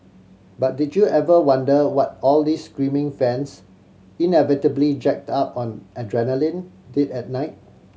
but did you ever wonder what all these screaming fans inevitably jacked up on adrenaline did at night